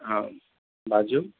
हँ बाजू